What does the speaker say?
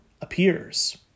appears